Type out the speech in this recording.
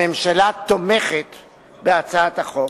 הממשלה תומכת בהצעת החוק.